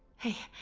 hey,